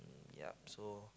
ya so